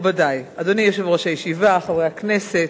אדוני יושב-ראש הישיבה, חברי הכנסת,